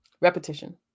Repetition